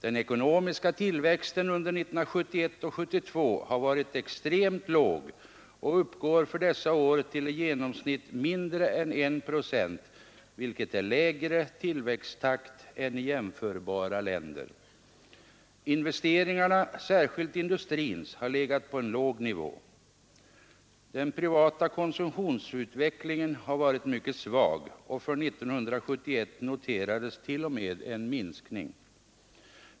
Den ekonomiska tillväxten under 1971 och 1972 har varit extremt låg och uppgår för dessa år till i genomsnitt mindre än 1 procent, vilket är en lägre tillväxttakt än i jämförbara länder. Investeringarna, särskilt industrins, har legat på en låg nivå. Den privata konsumtionens utveckling har varit mycket svag, och för 1971 noterades t.o.m. en minskning.